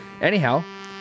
anyhow